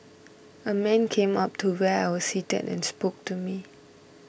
a man came up to where I was seated and spoke to me